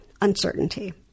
uncertainty